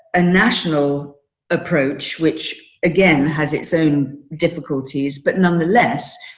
a national approach, which again has its own difficulties. but nonetheless,